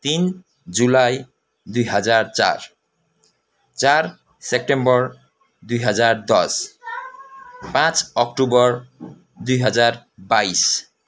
तिन जुलाई दुई हजार चार चार सेप्टेम्बर दुई हजार दस पाँच अक्टोबर दुई हजार बाइस